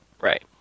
right